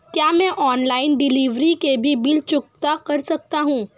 क्या मैं online delivery के भी बिल चुकता कर सकता हूँ?